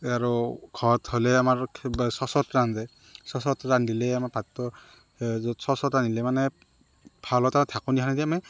আৰু ঘৰত হ'লে আমাৰ চচত ৰান্ধে চচত ৰান্ধিলে আমাৰ ভাতটো য'ত চচত ৰান্ধিলে মানে ভাল এটা ঢাকনিখনি আমি